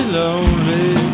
lonely